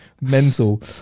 mental